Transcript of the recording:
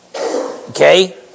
okay